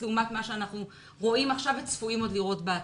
לעומת מה שאנחנו רואים עכשיו ועוד צפויים לראות בעתיד.